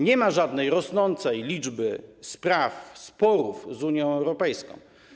Nie ma żadnej rosnącej liczby spraw, sporów z Unią Europejską.